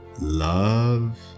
love